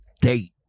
date